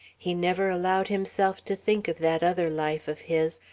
he never allowed himself to think of that other life of his,